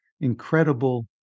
incredible